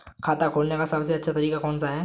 खाता खोलने का सबसे अच्छा तरीका कौन सा है?